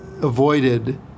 avoided